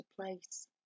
place